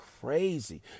crazy